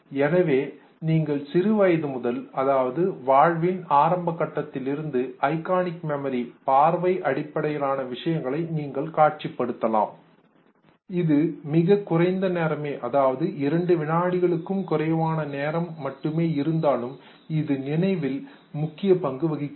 எனவே நீங்கள் சிறுவயது முதலே அதாவது வாழ்வின் ஆரம்ப கட்டத்தில் இருந்து ஐகானிக் மெமரி பார்வை அடிப்படையிலான விஷயங்களை நீங்கள் காட்சிப்படுத்தலாம் இது மிகக் குறைந்த நேரமே அதாவது இரண்டு வினாடிகளுக்கும் குறைவான நேரம் மட்டுமே இருந்தாலும் இது நினைவில் முக்கிய பங்கு வகிக்கிறது